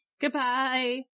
Goodbye